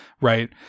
right